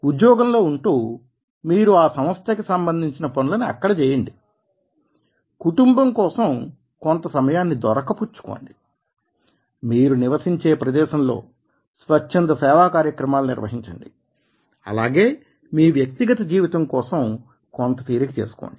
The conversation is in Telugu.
ఉద్యోగంలో ఉంటూ మీరు ఆ సంస్థకి సంబంధించిన పనులని అక్కడ చేయండి కుటుంబం కోసం కొంత సమయాన్ని దొరకపుచ్చుకోండి మీరు నివసించే ప్రదేశంలో స్వచ్ఛంద సేవా కార్యక్రమాలు నిర్వహించండి అలాగే మీ వ్యక్తిగత జీవితం కోసం కొంత తీరిక చేసుకోండి